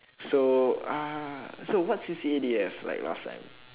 so ah so what C_C_A do you have like last time